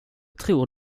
tror